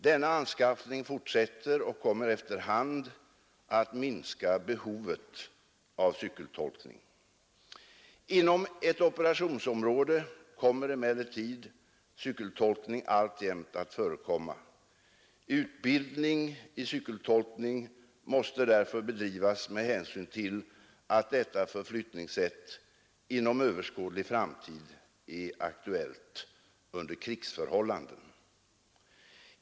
Denna anskaffning fortsätter och kommer efter hand att minska behovet av cykeltolkning. Inom ett operationsområde kommer emellertid cykeltolkning alltjämt att förekomma. Utbildning i cykeltolkning måste därför bedrivas med hänsyn till att detta förflyttningssätt inom överskådlig framtid är aktuellt under krigsförhållanden.